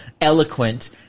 eloquent